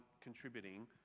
contributing